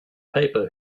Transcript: paper